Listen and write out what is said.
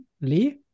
Lee